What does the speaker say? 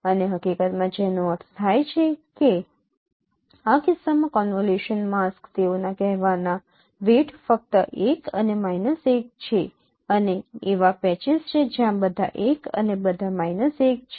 અને હકીકતમાં જેનો અર્થ થાય છે કે આ કિસ્સામાં કોનવોલ્યુશનલ માસ્ક તેઓના કહેવાનાં વેઈટ ફક્ત ૧ અને ૧ છે અને એવા પેચીસ છે જ્યાં બધા ૧ અને બધા ૧ છે